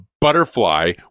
butterfly